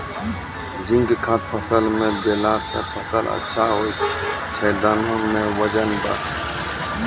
zinc खाद फ़सल मे देला से फ़सल अच्छा होय छै दाना मे वजन ब